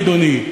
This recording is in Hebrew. אדוני.